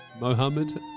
Mohammed